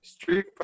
Street